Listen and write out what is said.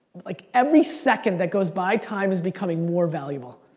like every second that goes by, time is becoming more valuable.